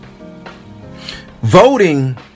Voting